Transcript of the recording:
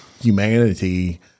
humanity